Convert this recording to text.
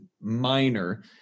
minor